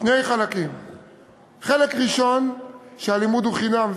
חלק ראשון, שהלימוד הוא חינם.